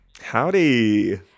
Howdy